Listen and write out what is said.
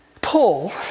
Paul